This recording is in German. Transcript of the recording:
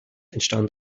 entstand